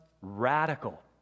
radical